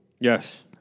yes